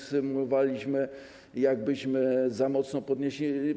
Symulowaliśmy, jak byśmy je za mocno podnieśli.